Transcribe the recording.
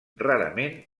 rarament